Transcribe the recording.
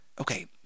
Okay